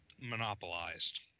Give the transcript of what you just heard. monopolized